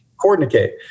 Coordinate